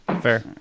Fair